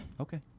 Okay